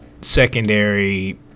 secondary